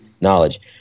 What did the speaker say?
knowledge